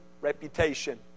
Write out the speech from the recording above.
reputation